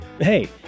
Hey